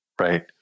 Right